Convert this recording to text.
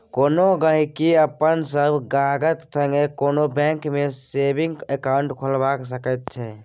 कोनो गहिंकी अपन सब कागत संगे कोनो बैंक मे सेबिंग अकाउंट खोलबा सकै छै